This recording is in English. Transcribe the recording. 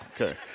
Okay